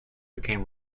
became